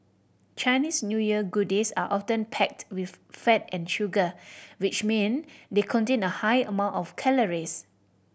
Chinese New Year goodies are often packed with fat and sugar which mean they contain a high amount of calories